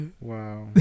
Wow